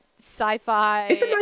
sci-fi